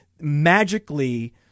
magically